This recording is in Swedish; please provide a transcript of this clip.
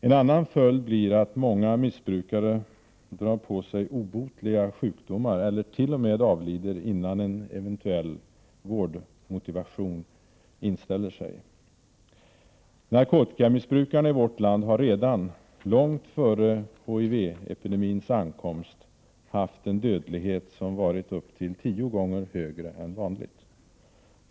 En annan följd blir att många missbrukare drar på sig obotliga sjukdomar, eller t.o.m. avlider innan en eventuell vårdmotivation inställer sig. Narkotikamissbrukarna i vårt land har redan, långt före HIV-epidemins ankomst, haft en dödlighet som varit upp till tio gånger högre än vanligt.